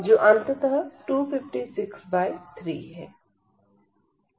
जो अंततः 2563 है